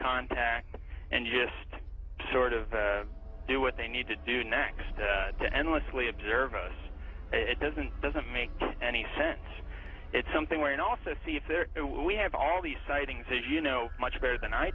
contact and just sort of the do what they need to do next to endlessly observe us it doesn't doesn't make any sense it's something where in office if there we have all these sightings that you know much better than i